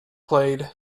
played